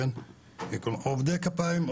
עובדי כפיים,